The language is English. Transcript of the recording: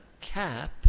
cap